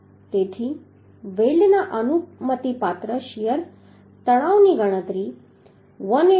તેથી વેલ્ડના અનુમતિપાત્ર શીયર તણાવની ગણતરી 189